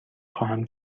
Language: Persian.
خواهم